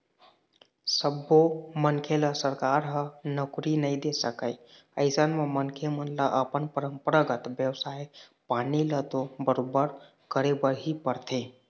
सब्बो मनखे ल सरकार ह नउकरी नइ दे सकय अइसन म मनखे मन ल अपन परपंरागत बेवसाय पानी ल तो बरोबर करे बर ही परथे